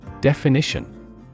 Definition